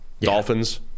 dolphins